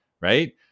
right